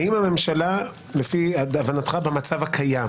האם הממשלה להבנתך במצב הקיים